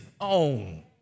own